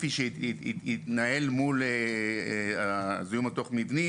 ספציפי שיתנהל מול הזיהום התוך מבני,